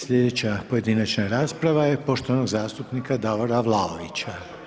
Slijedeća pojedinačna rasprava je poštovanog zastupnika Davora Vlaovića.